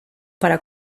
para